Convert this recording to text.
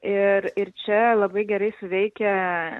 ir ir čia labai gerai suveikia